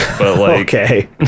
Okay